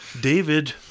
David